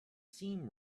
seam